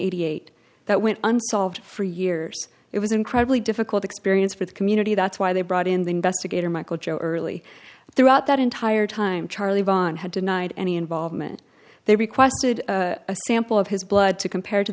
eighty eight that went unsolved for years it was incredibly difficult experience for the community that's why they brought in the investigator michael joe early throughout that entire time charlie vaughn had denied any involvement they requested a sample of his blood to compare to